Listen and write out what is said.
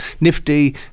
nifty